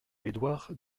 édouard